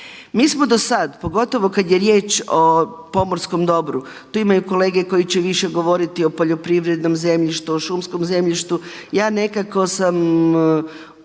Mi smo do sad pogotovo kad je riječ o pomorskom dobru, tu imaju kolege koji će više govoriti o poljoprivrednom zemljištu, o šumskom zemljištu. Ja nekako sam dosta